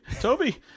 Toby